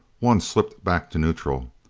one slipped back to neutral.